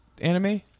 anime